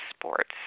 sports